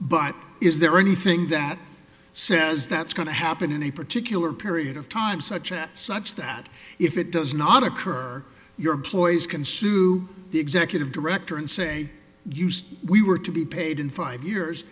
but is there anything that says that's going to happen in a particular period of time such as such that if it does not occur your employees can sue the executive director and say used we were to be paid in five years